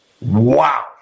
Wow